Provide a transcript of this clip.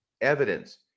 evidence